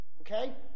Okay